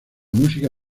música